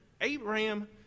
Abraham